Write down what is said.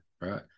right